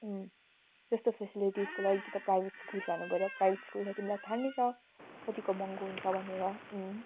अँ त्यस्तो फेसिलिटीजको लागि कि त प्राइभेट स्कुल जनु पर्यो प्राइभेट स्कुल त तिमीलाई थाहा नै छ कतिको महँगो हुन्छ भनेर अँ